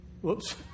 Whoops